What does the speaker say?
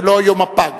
ולא יום הפג.